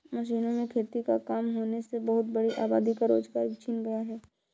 मशीनों से खेती का काम होने से बहुत बड़ी आबादी का रोजगार छिन गया है